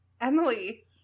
Emily